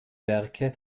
werke